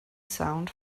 sound